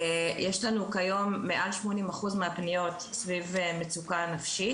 יש לנו כיום מעל 80 אחוז מהפניות סביב מצוקה נפשית,